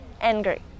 angry